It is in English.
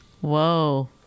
Whoa